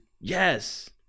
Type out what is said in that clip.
yes